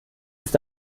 ist